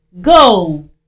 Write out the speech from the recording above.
Go